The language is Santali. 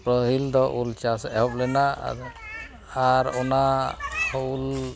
ᱯᱟᱹᱦᱤᱞᱫᱚ ᱩᱞ ᱪᱟᱥ ᱮᱦᱚᱵᱞᱮᱱᱟ ᱟᱨ ᱟᱨ ᱚᱱᱟ ᱩᱞ